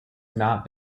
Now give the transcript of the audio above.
not